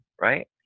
Right